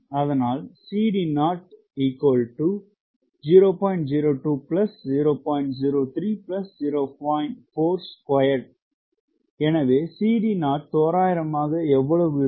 அதனால் எனவே CD0 தோராயமாக எவ்வளவு இருக்கும்